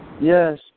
Yes